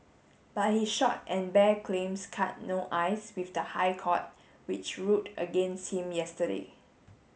but his short and bare claims cut no ice with the High Court which ruled against him yesterday